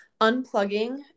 unplugging